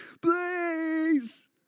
Please